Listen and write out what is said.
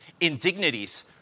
indignities